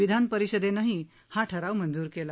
विधानपरिषदेनंही हा ठराव मंजूर केला